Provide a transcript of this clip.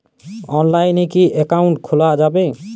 অনলাইনে কি অ্যাকাউন্ট খোলা যাবে?